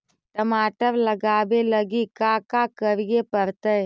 टमाटर लगावे लगी का का करये पड़तै?